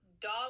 dog